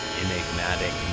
enigmatic